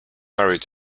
married